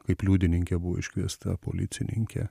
kaip liudininkė buvo iškviesta policininkė